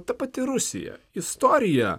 ta pati rusija istorija